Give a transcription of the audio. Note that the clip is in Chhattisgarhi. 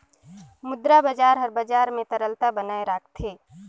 मुद्रा बजार हर बजार में तरलता बनाए राखथे